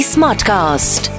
Smartcast